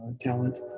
talent